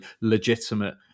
legitimate